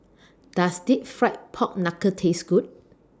Does Deep Fried Pork Knuckle Taste Good